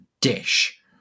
dish